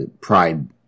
pride